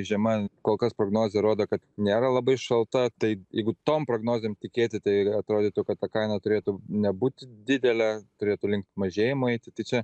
žiema kol kas prognozė rodo kad nėra labai šalta tai jeigu tom prognozėm tikėti tai atrodytų kad ta kaina turėtų nebūti didelė turėtų link mažėjimo eiti tai čia